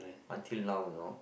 until now you know